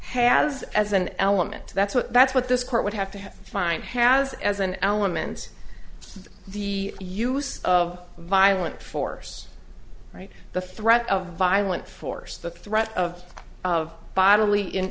has as an element that's what that's what this court would have to find has as an element the use of violent force right the threat of violent force the threat of of bodily in